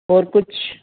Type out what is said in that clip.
ਹੋਰ ਕੁਛ